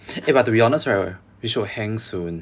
eh but to be honest right we should hang soon